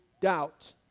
doubt